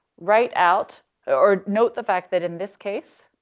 write out or note the fact that in this case.